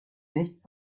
nicht